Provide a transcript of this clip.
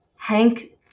Hank